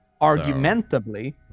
Argumentably